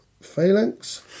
Phalanx